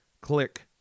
click